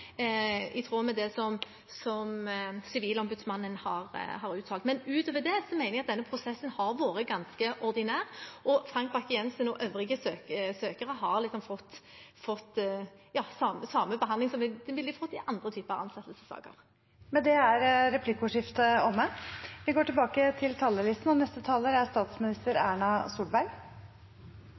i tråd med det som Sivilombudsmannen har uttalt. Men utover det mener jeg at denne prosessen har vært ganske ordinær, og Frank Bakke-Jensen og øvrige søkere har fått samme behandling som de ville fått i andre typer ansettelsessaker. Med det er replikkordskiftet omme. Innledningsvis vil jeg få lov til